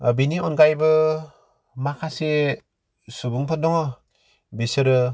ओ बेनि अनगायैबो माखासे सुबुंफोर दङ बिसोरो